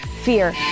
fear